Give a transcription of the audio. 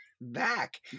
back